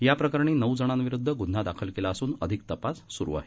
याप्रकरणी नऊ जणांविरुद्ध ग्न्हा दाखल केला असून अधिक तपास सुरू आहे